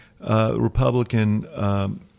Republican, –